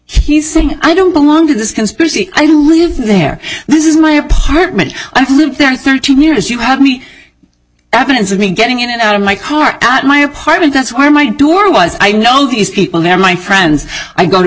point he's saying i don't belong to this conspiracy i live there this is my apartment and thirteen years you had me evidence of me getting in and out of my car at my apartment that's where my door was i know these people they're my friends i go to